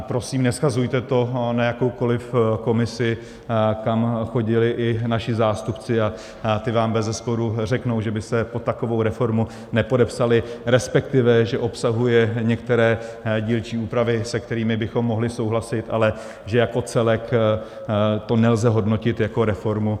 Prosím, neshazujte to na jakoukoliv komisi, tam chodili i naši zástupci a ti vám bezesporu řeknou, že by se pod takovou reformu nepodepsali, respektive že obsahuje některé dílčí úpravy, se kterými bychom mohli souhlasit, ale že jako celek to nelze hodnotit jako reformu.